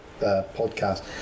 podcast